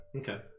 Okay